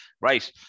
Right